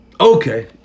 Okay